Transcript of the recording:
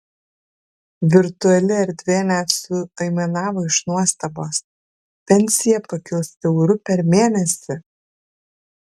virtuali erdvė net suaimanavo iš nuostabos pensija pakils euru per mėnesį